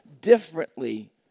differently